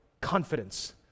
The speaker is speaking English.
confidence